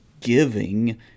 giving